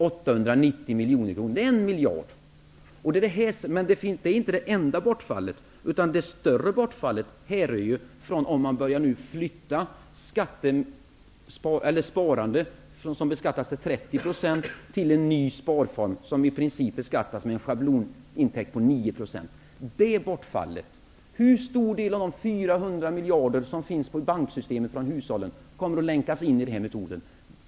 890 miljoner kronor -- det är ungefär 1 miljard. Det är inte det enda bortfallet. Ett större bortfall blir det om man börjar flytta sparande som beskattas till 30 % till en ny sparform som i princip beskattas med en schablon på 9 %. Det är ett bortfall. Hur stor del av de 400 miljarder som finns i banksystemet från hushållen kommer att länkas in i den här metoden?